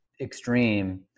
extreme